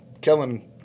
Kellen